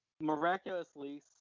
miraculously